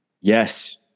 Yes